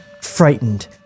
frightened